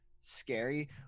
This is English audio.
scary